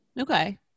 Okay